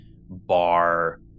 bar